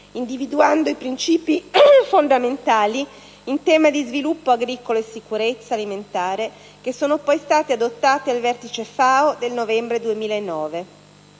individuando i principi fondamentali in tema di sviluppo agricolo e sicurezza alimentare, che sono poi stati adottati al Vertice FAO del novembre 2009.